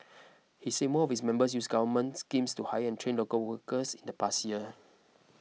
he said more of its members used government schemes to hire and train local workers in the past year